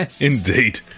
Indeed